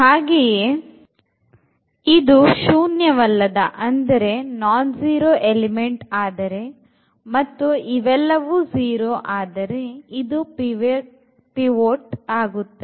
ಹಾಗೆಯೆ ಇದು ಶೂನ್ಯವಲ್ಲದ ಎಲಿಮೆಂಟ್ ಆದರೆ ಮತ್ತು ಇವೆಲ್ಲವೂ 0 ಆದರೆ ಇದು ಪಿವೊಟ್ ಅಗೌತ್ತದೆ